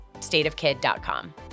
stateofkid.com